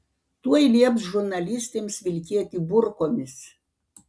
tuoj lieps žurnalistėms vilkėti burkomis